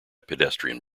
pedestrian